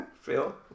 Phil